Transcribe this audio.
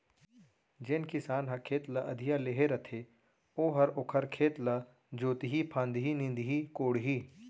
जेन किसान ह खेत ल अधिया लेहे रथे ओहर ओखर खेत ल जोतही फांदही, निंदही कोड़ही